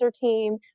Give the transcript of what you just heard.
team